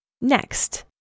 Next